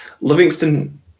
Livingston